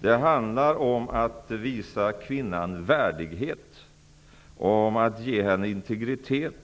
Det handlar om att visa kvinnan värdighet, att ge henne integritet.